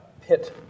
pit